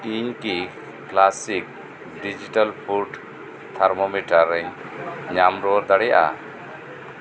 ᱤᱞ ᱠᱤ classic digital ᱯᱷᱩᱴ ᱛᱷᱟᱨᱢᱚ ᱢᱤᱴᱚᱨᱮᱧ ᱧᱟᱢ ᱨᱩᱣᱟᱹᱲ ᱫᱟᱲᱮᱭᱟᱜᱼᱟ